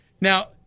Now